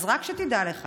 אז רק שתדע לך